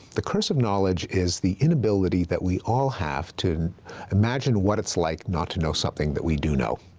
the curse of knowledge is the inability that we all have to imagine what it's like not to know something that we do know.